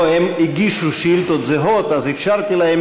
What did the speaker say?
הם הגישו שאילתות זהות, אז אפשרתי להם.